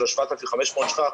של 7,500 ש"ח,